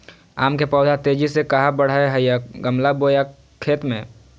आम के पौधा तेजी से कहा बढ़य हैय गमला बोया खेत मे?